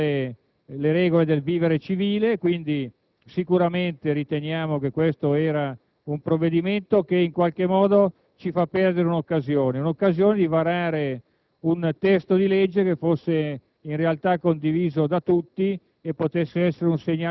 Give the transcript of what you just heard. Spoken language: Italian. a quei tifosi che non vogliono rassegnarsi a seguire le regole del vivere civile. Riteniamo quindi che questo sia un provvedimento che in qualche modo ci fa perdere un'occasione: l'occasione di varare